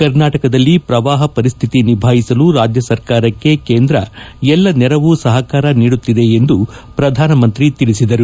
ಕರ್ನಾಟಕದಲ್ಲಿ ಪ್ರವಾಹ ಪರಿಸ್ತಿತಿ ನಿಭಾಯಿಸಲು ರಾಜ್ಯ ಸರ್ಕಾರಕ್ಷೆ ಕೇಂದ್ರ ಎಲ್ಲ ನೆರವು ಸಹಕಾರ ನೀಡುತ್ತಿದೆ ಎಂದು ಅವರು ತಿಳಿಸಿದರು